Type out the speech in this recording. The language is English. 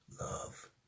love